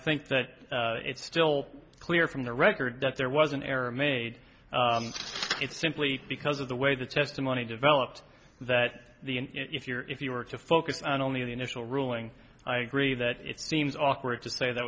think that it's still clear from the record that there was an error made it simply because of the way the testimony developed that the if you're if you were to focus on only the initial ruling i agree that it seems awkward to say that